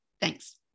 Thanks